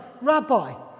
Rabbi